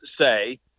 say